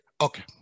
Okay